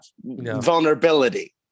vulnerability